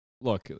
Look